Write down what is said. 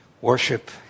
worship